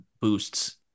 boosts